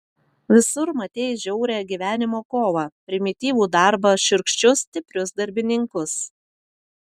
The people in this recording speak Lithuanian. visur matei žiaurią gyvenimo kovą primityvų darbą šiurkščius stiprius darbininkus